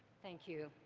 thank you,